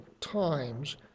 times